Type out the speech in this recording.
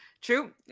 true